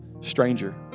stranger